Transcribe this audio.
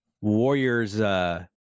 Warriors